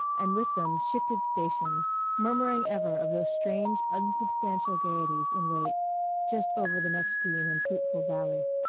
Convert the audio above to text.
and with them shifted stations, murmuring ever of those strange unsubstantial gaieties in wait just over the next green and fruitful valley.